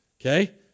Okay